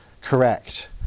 correct